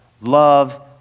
Love